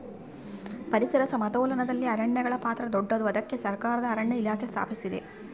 ಪರಿಸರ ಸಮತೋಲನದಲ್ಲಿ ಅರಣ್ಯಗಳ ಪಾತ್ರ ದೊಡ್ಡದು, ಅದಕ್ಕೆ ಸರಕಾರ ಅರಣ್ಯ ಇಲಾಖೆ ಸ್ಥಾಪಿಸಿದೆ